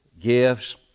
gifts